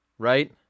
Right